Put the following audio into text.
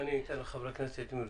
ואני אתן לחברי כנסת אם הם ירצו.